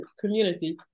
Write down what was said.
community